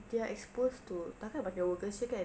they are exposed to tak akan migrant workers jer kan